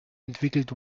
entwickelt